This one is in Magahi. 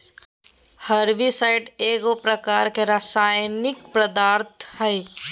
हर्बिसाइड एगो प्रकार के रासायनिक पदार्थ हई